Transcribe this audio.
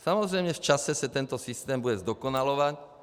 Samozřejmě v čase se tento systém bude zdokonalovat.